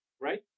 right